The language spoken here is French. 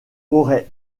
aurait